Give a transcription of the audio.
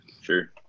sure